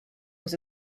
was